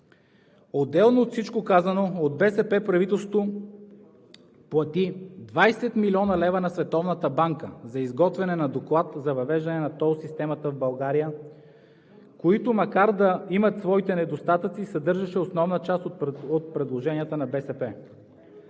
Отделно, от всичко казано от БСП, правителството плати 20 млн. лв. на Световната банка за изготвяне на доклад за въвеждане на тол системата в България, който макар да има своите недостатъци, съдържаше основна част от предложенията на БСП.